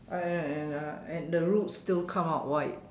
I and uh and the roots still come out white